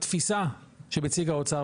התפיסה שמציג האוצר,